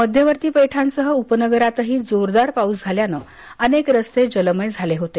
मध्यवर्ती पेठांसह उपनगरांतही जोरदार पाऊस झाल्याने अनेक रस्ते जलमय झाले होते